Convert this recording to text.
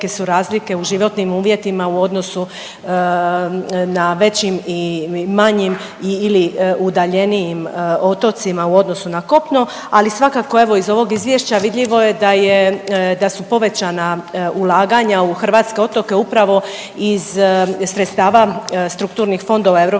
su razlike u životnim uvjetima u odnosu na većim i manjim i/ili udaljenijim otocima u odnosu na kopno, ali svakako evo iz ovog izvješća vidljivo je da je, da su povećana ulaganja u hrvatske otoke upravo iz sredstava strukturnih fondova EU